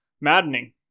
Maddening